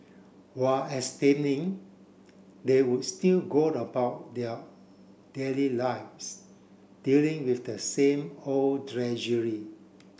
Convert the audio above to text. while abstaining they would still go about their daily lives dealing with the same old drudgery